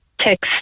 text